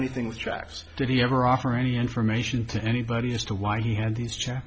anything with tracks did he ever offer any information to anybody as to why he had these ch